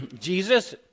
Jesus